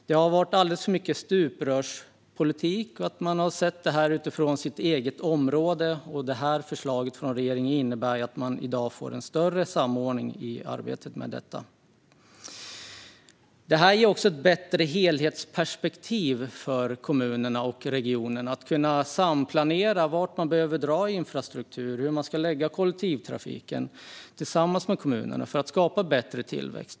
Det har varit alldeles för mycket stuprörspolitik; man har sett på detta utifrån sitt eget område. Förslaget från regeringen innebär att man nu får en större samordning i arbetet med detta. Det ger också ett bättre helhetsperspektiv och möjligheter för kommunerna och regionerna att samplanera var man behöver dra infrastruktur och hur man ska lägga kollektivtrafiken för att skapa en bättre tillväxt.